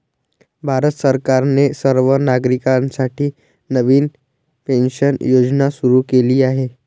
भारत सरकारने सर्व नागरिकांसाठी नवीन पेन्शन योजना सुरू केली आहे